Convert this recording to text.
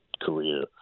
career